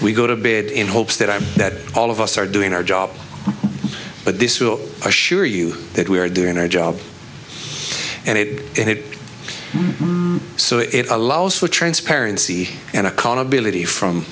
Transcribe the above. we go to bed in hopes that are that all of us are doing our job but this will assure you that we are doing our job and it so it allows for transparency and accountability from